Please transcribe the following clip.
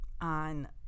on